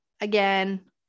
again